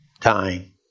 time